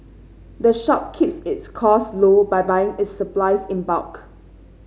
the shop keeps its costs low by buying its supplies in bulk